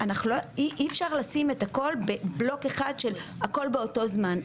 אי אפשר לשים את הכל בבלוק אחד של הכל באותו זמן,